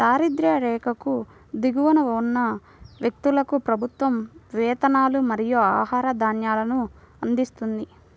దారిద్య్ర రేఖకు దిగువన ఉన్న వ్యక్తులకు ప్రభుత్వం వేతనాలు మరియు ఆహార ధాన్యాలను అందిస్తుంది